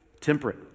Temperate